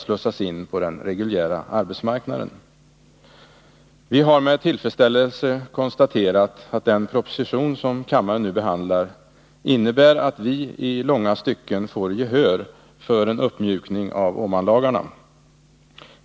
slussas in på den reguljära arbetsmarknaden. Vi har med tillfredsställelse konstaterat, att den proposition som kammaren nu behandlar innebär att vi i långa stycken får gehör för en uppmjukning av Åmanlagarna.